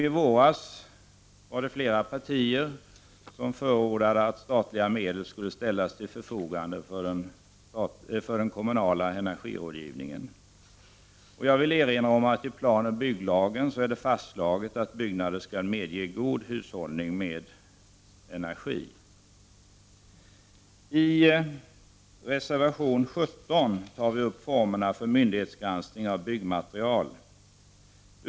I våras var det flera partier som förordade att statliga medel skulle ställas till förfogande för den kommunala energirådgivningen. Jag vill erinra om att det i planoch bygglagen är fastslaget att byggnader skall medge god hushållning med energi. I reservation nr 17 tar vi upp formerna för myndighetsgranskning av byggmaterial.